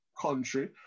country